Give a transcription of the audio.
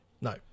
No